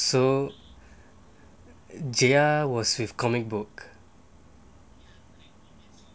so J_R was with comic book